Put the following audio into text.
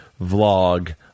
vlog